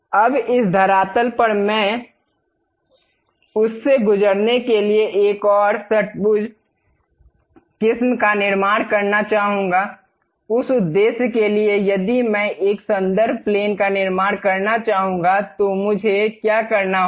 अब इस धरातल पर मैं उस से गुजरने के लिए एक और षट्भुज किस्म का निर्माण करना चाहूंगा उस उद्देश्य के लिए यदि मैं एक संदर्भ प्लेन का निर्माण करना चाहूंगा तो मुझे क्या करना होगा